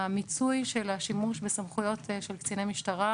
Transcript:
המיצוי של השימוש בסמכויות של קציני משטרה